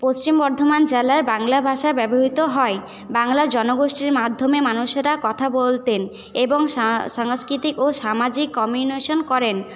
পশ্চিম বর্ধমান জেলায় বাংলাভাষা ব্যবহৃত হয় বাংলা জনগোষ্ঠীর মাধ্যমে মানুষেরা কথা বলতেন এবং সাংস্কৃতিক ও সামাজিক কমিউনিকেশন করেন